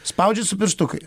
spaudžiat su pirštukais